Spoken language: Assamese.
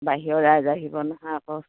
বাহিৰৰ ৰাইজ আহিব নহয় আকৌ